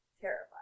Terrified